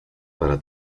para